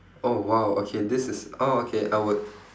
oh !wow! okay this is oh okay I would